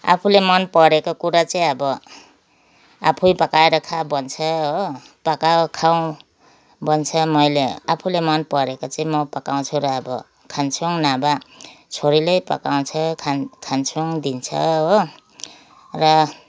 आफूले मनपरेको कुरा चाहिँ अब आफै पकाएर खा भन्छ हो पकाऊ खाऊ भन्छ मैले आफूले मनपरेको चाहिँ म पकाउँछु र अब खान्छु नभए छोरीले पकाउँछे खान खान्छौँ दिन्छ हो र